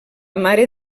mare